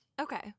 okay